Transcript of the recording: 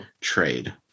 trade